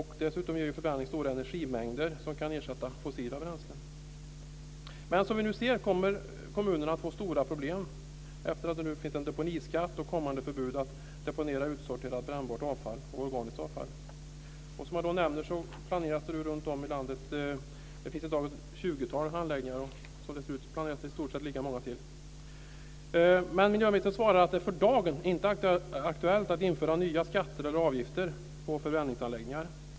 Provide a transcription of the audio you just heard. Dessutom ger förbränning stora energimängder som kan ersätta fossila bränslen. Men som vi ser kommer kommunerna att få stora problem efter det att det nu finns en deponiskatt och kommande förbud mot att deponera utsorterat brännbart avfall och organiskt avfall. Som jag nämnde finns det ett tjugotal anläggningar i landet och det planeras i stort sett lika många till. Miljöministern svarar att det för dagen inte är aktuellt att införa nya skatter eller avgifter på förbränningsanläggningar.